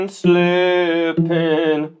slipping